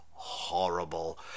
horrible